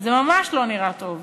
זה ממש לא נראה טוב.